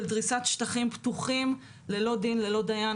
דריסת שטחים פתוחים ללא דין וללא דיין,